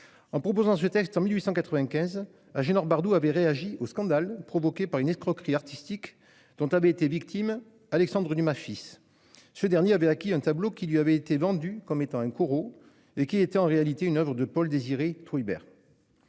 En proposant ce texte en 1895, Agénor Bardoux avait réagi au scandale provoqué par une escroquerie artistique dont avait été victime Alexandre Dumas fils. Ce dernier avait acquis un tableau qui lui avait été vendu comme étant un Corot et qui était en réalité une oeuvre de Paul Désiré Trouillebert